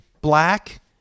black